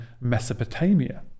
Mesopotamia